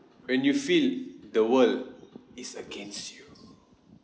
when you feel the world is against you